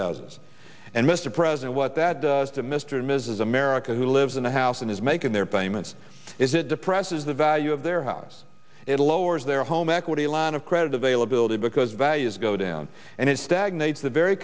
as and mr president what that does to mr and mrs america who lives in a house and is making their payments is it depresses the value of their house it lowers their home equity line of credit availability because values go down and it stagnates the very